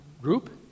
group